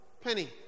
Penny